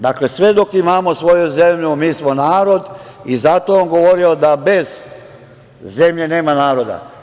Dakle, sve dok imamo svoju zemlju, mi smo narod i zato je on govorio da bez zemlje nema naroda.